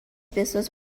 pessoas